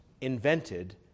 invented